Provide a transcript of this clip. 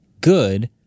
good